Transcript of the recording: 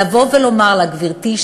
לבוא ולומר לה: גברתי,